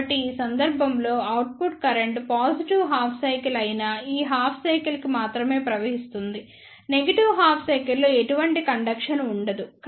కాబట్టి ఈ సందర్భంలో output current positive half cycle అయిన ఈ హాఫ్ సైకిల్ కి మాత్రమే ప్రవహిస్తుంది నెగిటివ్ హాఫ్ సైకిల్ లో ఎటువంటి కండక్షన్ ఉండదు